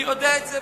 אני יודע את זה,